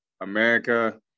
America